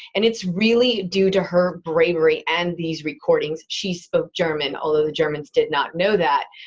and it's really due to her bravery and these recordings, she spoke german although the germans did not know that,